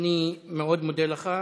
אני מאוד מודה לך.